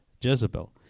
Jezebel